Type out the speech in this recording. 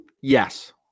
Yes